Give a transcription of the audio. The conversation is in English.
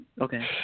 Okay